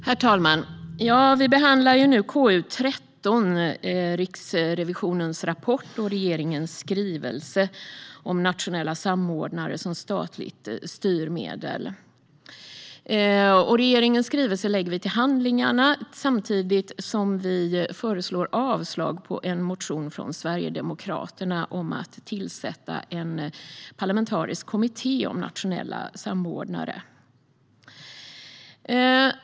Herr talman! Vi behandlar nu KU13 om Riksrevisionens rapport och regeringens skrivelse om nationella samordnare som statligt styrmedel. Vi lägger regeringens skrivelse till handlingarna samtidigt som vi föreslår avslag på en motion från Sverigedemokraterna om att tillsätta en parlamentarisk kommitté om nationella samordnare.